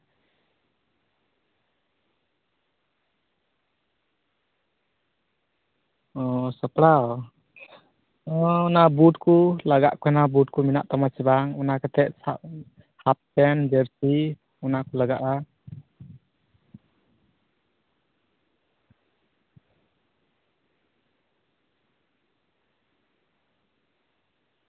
ᱚᱸᱻ ᱥᱟᱯᱲᱟᱣ ᱚᱱᱟ ᱵᱩᱴ ᱠᱚ ᱞᱟᱜᱟᱜ ᱠᱟᱱᱟ ᱵᱩᱴ ᱠᱚ ᱢᱮᱱᱟᱜ ᱛᱟᱢᱟ ᱥᱮ ᱵᱟᱝ ᱚᱱᱟ ᱠᱟᱛᱮ ᱦᱟᱯ ᱯᱮᱱᱴ ᱡᱟᱨᱥᱤ ᱚᱱᱟ ᱠᱚ ᱞᱟᱜᱟᱜᱼᱟ